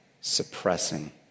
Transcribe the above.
suppressing